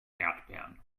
erdbeeren